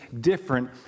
different